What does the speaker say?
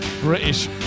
British